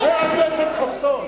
חבר הכנסת חסון.